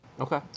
Okay